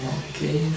okay